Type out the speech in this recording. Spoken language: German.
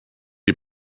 die